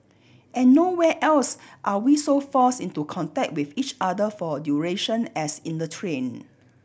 and nowhere else are we so forced into contact with each other for a duration as in the train